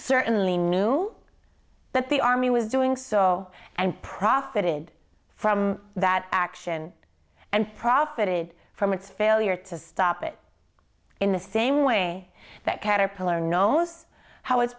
certainly knew that the army was doing so and profited from that action and profited from its failure to stop it in the same way that caterpillar known as how it